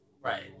Right